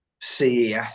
CES